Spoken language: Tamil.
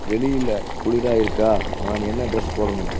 வெளியில் குளிராக இருக்கா நான் என்ன ட்ரெஸ் போடணும்